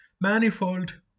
manifold